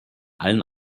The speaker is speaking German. allen